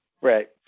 Right